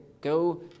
go